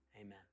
Amen